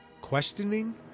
questioning